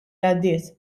għaddiet